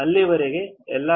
ಅಲ್ಲಿಯವರೆಗೆ ಎಲ್ಲಾ